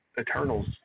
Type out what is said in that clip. Eternals